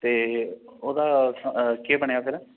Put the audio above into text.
ते ओह्दा केह् बनेआ फिर